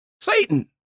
Satan